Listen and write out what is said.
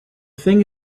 thing